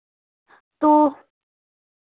तो